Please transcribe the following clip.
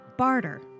Barter